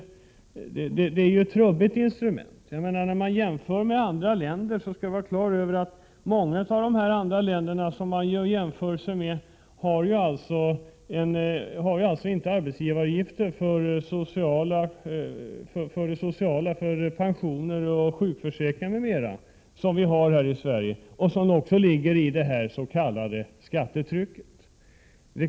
Det är ett trubbigt instrument. När man jämför Sverige med andra länder skall man ha klart för sig att många av de länder som man jämför med inte har arbetsgivaravgifter för det sociala, för pension, för sjukförsäkringar, m.m., som vi har här i Sverige och som också ingår i skattekvoten. det s.k. skattetrycket.